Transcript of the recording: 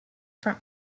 from